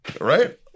Right